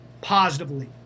positively